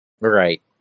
right